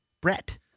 Brett